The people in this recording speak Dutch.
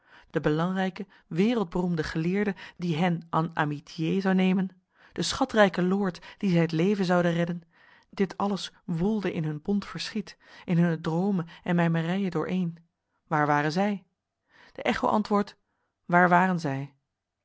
de belangrijke wereldberoemde geleerde die hen en amitiê zou nemen de schatrijke lord dien zij t leven zouden redden dit alles woelde in hun bont verschiet in hunne droomen en mijmerijen dooreen waar waren zij de echo antwoordt waar waren zij